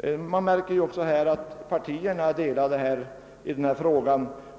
Det märks också att partierna är delade i denna fråga.